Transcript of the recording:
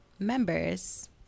members